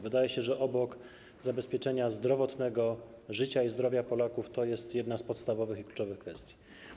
Wydaje się, że obok zabezpieczenia zdrowotnego, życia i zdrowia Polaków jest to jedna z podstawowych i kluczowych kwestii.